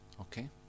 Okay